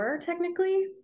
Technically